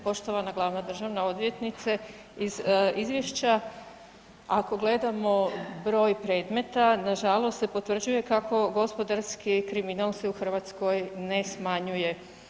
Poštovana glavna državna odvjetnice, iz izvješća ako gledamo broj predmeta nažalost se potvrđuje kako gospodarski kriminal se u Hrvatskoj je smanjuje.